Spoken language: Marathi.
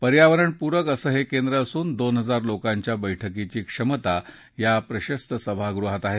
पर्यावरण पूरक असं हे केंद्र असून दोन हजार लोकांच्या बैठकीची क्षमता या प्रशस्त सभागृहात आहे